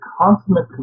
consummate